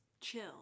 chill